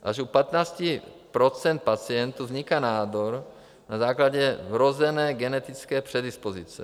Až u 15 % pacientů vzniká nádor na základě vrozené genetické predispozice.